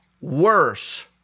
Worse